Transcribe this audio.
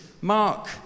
Mark